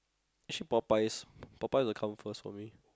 actually Popeyes Popeyes will come first for me